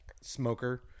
Smoker